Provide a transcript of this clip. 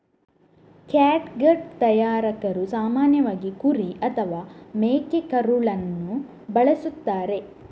catgut ತಯಾರಕರು ಸಾಮಾನ್ಯವಾಗಿ ಕುರಿ ಅಥವಾ ಮೇಕೆಕರುಳನ್ನು ಬಳಸುತ್ತಾರೆ